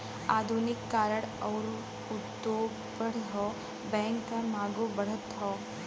आधुनिकी करण आउर उद्योग बढ़त हौ बैंक क मांगो बढ़त हौ